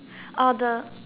err the